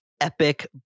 epic